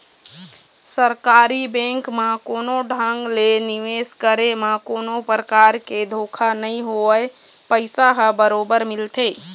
सरकारी बेंक म कोनो ढंग ले निवेश करे म कोनो परकार के धोखा नइ होवय पइसा ह बरोबर मिलथे